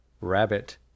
rabbit